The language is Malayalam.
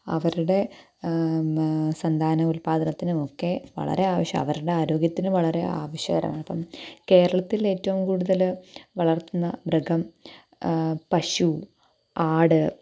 അവരുടെ സന്താനോത്പാദനത്തിനുമൊക്കെ വളരെ ആവശ്യമാണ് അവരുടെ ആരോഗ്യത്തിനു വളരെ ആവശ്യകരമാണ് അപ്പം കേരളത്തിൽ ഏറ്റവും കൂടുതൽ വളർത്തുന്ന മൃഗം പശു ആട്